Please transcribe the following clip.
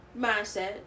mindset